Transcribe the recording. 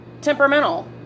temperamental